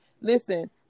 Listen